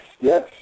yes